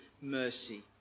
mercy